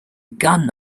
gun